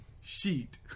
Sheet